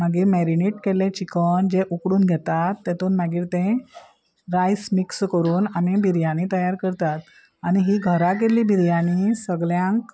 मागीर मॅरिनेट केल्लें चिकन जे उकडून घेतात तेतून मागीर ते रायस मिक्स करून आमी बिरयानी तयार करतात आनी ही घरा गेल्ली बिरयानी सगल्यांक